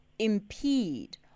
impede